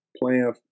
playing